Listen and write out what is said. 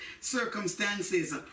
circumstances